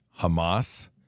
Hamas